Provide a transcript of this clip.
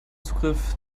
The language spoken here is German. zugriff